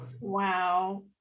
Wow